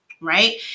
right